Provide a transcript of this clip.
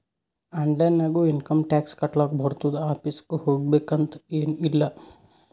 online ನಾಗು income tax ಕಟ್ಲಾಕ್ ಬರ್ತುದ್ ಆಫೀಸ್ಗ ಹೋಗ್ಬೇಕ್ ಅಂತ್ ಎನ್ ಇಲ್ಲ